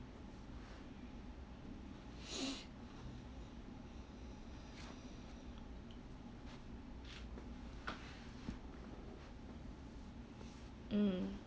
mm